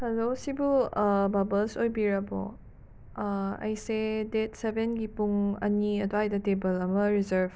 hello ꯁꯤꯕꯨ ꯕꯕꯜꯁ ꯑꯣꯏꯕꯤꯔꯕꯣ ꯑꯩꯁꯦ ꯗꯦꯠ ꯁꯚꯦꯟꯒꯤ ꯄꯨꯡ ꯑꯅꯤ ꯑꯗꯨꯋꯥꯏꯗ ꯇꯦꯕꯜ ꯑꯃ ꯔꯤꯖꯔꯞ